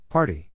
Party